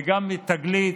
וגם תגלית.